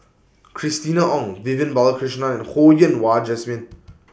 Christina Ong Vivian Balakrishnan and Ho Yen Wah Jesmine